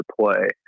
play